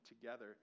together